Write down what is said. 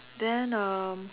then um